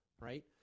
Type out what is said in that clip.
right